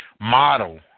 model